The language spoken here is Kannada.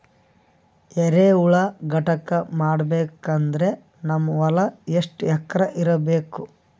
ಎರೆಹುಳ ಘಟಕ ಮಾಡಬೇಕಂದ್ರೆ ನಮ್ಮ ಹೊಲ ಎಷ್ಟು ಎಕರ್ ಇರಬೇಕು?